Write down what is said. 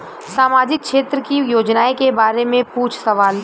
सामाजिक क्षेत्र की योजनाए के बारे में पूछ सवाल?